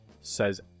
says